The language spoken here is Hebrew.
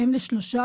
אם לשלושה,